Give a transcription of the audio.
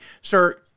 Sir